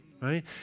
Right